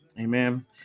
Amen